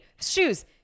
shoes